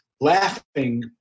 laughing